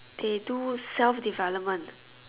they do self development